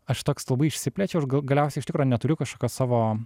aš toks labai išsiplėčiau ir gal galiausiai iš tikro neturiu kažkokios savo